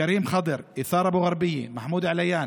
כרים ח'אדר, עיסאם אבו גרבייה, מחמוד עליאן,